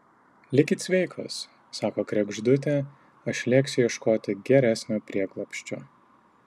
likit sveikos sako kregždutė aš lėksiu ieškoti geresnio prieglobsčio